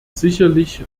sicherlich